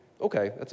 okay